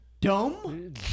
dumb